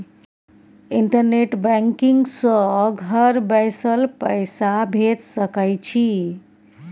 internet banking सँ घर बैसल पैसा भेज सकय छी